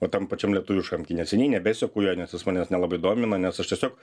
o tam pačiam lietuviškam kine seniai nebeseku jo nes jis manęs nelabai domina nes aš tiesiog